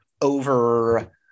over